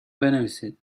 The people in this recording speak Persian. بنویسید